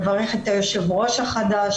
מברכת את היושב ראש החדש.